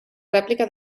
rèplica